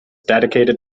dedicated